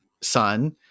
son